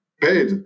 paid